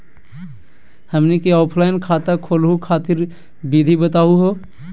हमनी क ऑफलाइन खाता खोलहु खातिर विधि बताहु हो?